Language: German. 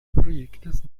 projektes